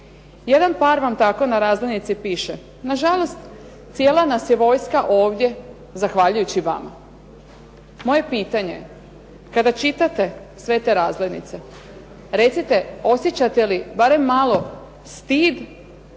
Jedan par vam tako na razglednici piše, "Nažalost cijela nas je vojska ovdje zahvaljujući vama." Moje pitanje je kada čitate sve te razglednice recite osjećate li barem malo stid